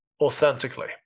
authentically